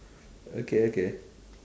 okay okay